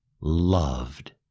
loved